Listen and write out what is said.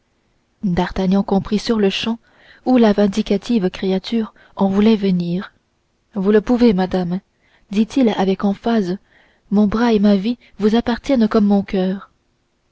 d'artagnan comprit sur-le-champ où la vindicative créature en voulait venir vous le pouvez madame dit-il avec emphase mon bras et ma vie vous appartiennent comme mon amour